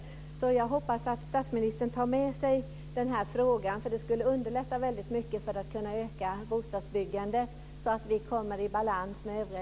Jag hoppas att statsministern tar med sig den här frågan. Det skulle underlätta mycket för att öka bostadsbyggandet, så att vi kommer i balans med övriga